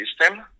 system